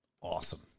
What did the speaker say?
Awesome